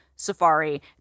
safari